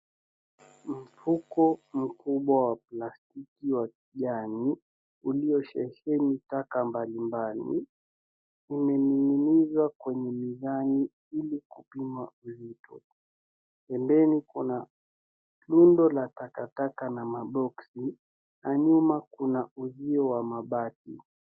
Mfuko mkubwa wa plastiki wa kijani uliosheheni taka mbalimbali umening'inizwa kwenye mizani ili kupima uzito. Pembeni kuna rundo la takataka na boxes na nyuma kuna uzio wa mabati.